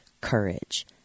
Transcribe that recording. Courage